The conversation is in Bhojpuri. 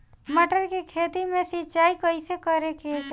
मटर के खेती मे सिचाई कइसे करे के चाही?